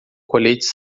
coletes